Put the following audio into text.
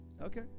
Okay